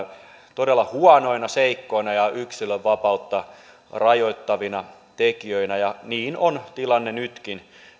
todella huonoina seikkoina ja yksilön vapautta rajoittavina tekijöinä ja niin on tilanne nytkin